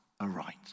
aright